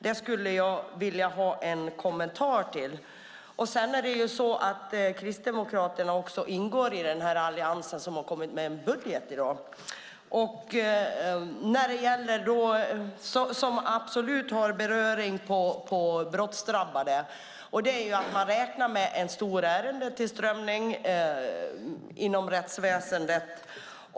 Jag skulle gärna vilja ha en kommentar om detta. Kristdemokraterna ingår i den allians som i dag har kommit med en budget, som absolut har samband med brottsdrabbade. Man räknar med en stor ärendetillströmning inom rättsväsendet.